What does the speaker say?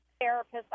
therapist